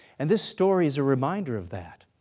and this story is a reminder of that,